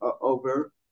over